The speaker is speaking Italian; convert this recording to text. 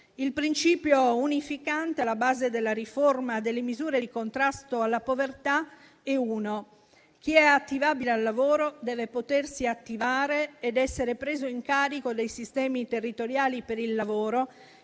Il principio unificante alla base della riforma delle misure di contrasto alla povertà e uno: chi è attivabile al lavoro deve potersi attivare ed essere preso in carico dai sistemi territoriali per il lavoro